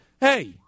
hey